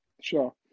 Sure